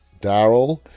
Daryl